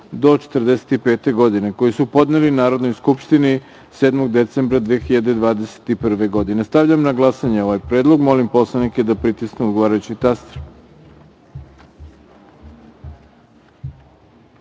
do 1945. godine, koji su podneli Narodnoj skupštini 7. decembra 2021. godine. Stavljam na glasanje ovaj predlog. Molim narodne poslanike da pritisnu odgovarajući taster